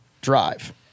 drive